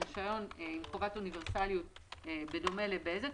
רישיון עם חובת אוניברסליות בדומה לבזק,